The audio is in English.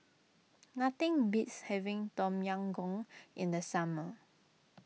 nothing beats having Tom Yam Goong in the summer